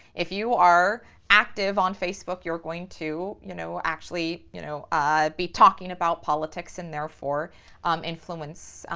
if you are active on facebook, you're going to you know actually you know ah be talking about politics and therefore um influence